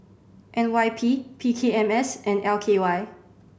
N Y P P K M S and L K Y